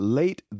late